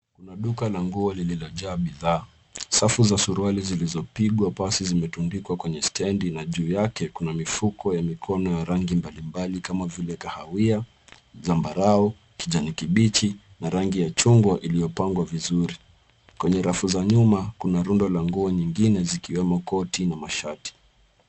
Kuna duka la nguo lililojaa bidhaa. Safu za suruali zilizopigwa pasi zimetundikwa kwenye standi, na juu yake kuna mifuko ya mikono ya rangi mbalimbali kama kahawia, zambarao, kijani kibichi, na rangi ya chungwa, ilizopangwa vizuri. Kwenye rafu za nyuma, kuna rundo la nguo nyingine zikiwemo koti na mashati.